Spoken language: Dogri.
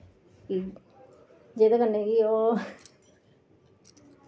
जेह्दे कन्नै कि ओ